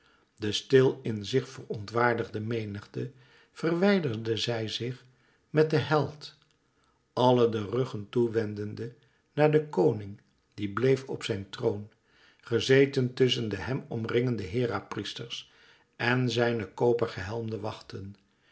de stil in zich verontwaardigde menigte verwijderde zij zich met den held alle de ruggen toe wendende naar den koning die bleef op zijn troon gezeten tusschen de hem omringende hera priesters en zijne koper gehelmde wachten